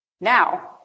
now